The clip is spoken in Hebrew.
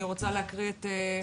אני רוצה לקרוא את הסיכום: